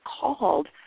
called